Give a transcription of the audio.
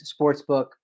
Sportsbook